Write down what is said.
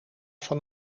van